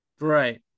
Right